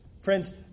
Friends